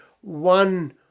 one